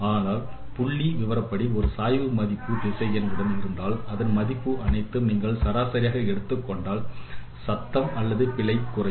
ஆனால் புள்ளி விவரப்படி ஒரு சாய்வு மதிப்பு திசைகள் உடன் இருந்தாள் அதன் மதிப்புகள் அனைத்தும் நீங்கள் சராசரியாக எடுத்துக்கொண்டால் சத்தம் அல்லது பிழை குறையும்